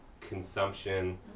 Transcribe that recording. consumption